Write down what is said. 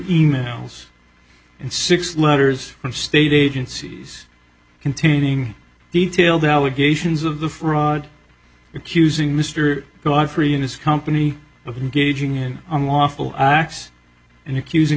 e mails and six letters from state agencies containing detailed allegations of the fraud accusing mr godfrey and his company of engaging in unlawful acts and accusing